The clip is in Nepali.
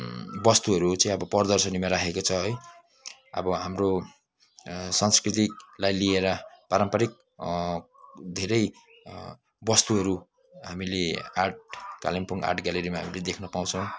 वस्तुहरू चाहिँ अब प्रदर्शनीमा राखेको छ है अब हाम्रो संस्कृतिलाई लिएर पारम्परिक धेरै वस्तुहरू हामीले आर्ट कालिम्पोङ आर्ट ग्यालेरीमा हामीले देख्न पाउँछौँ